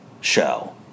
show